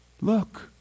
Look